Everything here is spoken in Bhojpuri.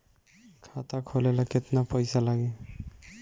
खाता खोले ला केतना पइसा लागी?